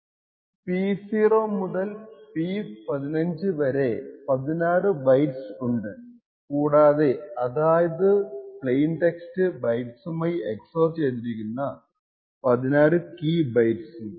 P0 മുതൽ P15 വരെ 16 bytes ഉണ്ട് കൂടാതെ അതാതു പ്ലെയിൻ ടെക്സ്റ്റ് ബൈറ്റ്സുമായി XOR ചെയ്തിരിക്കുന്ന 16 കീ ബൈറ്റ്സ്